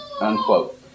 Unquote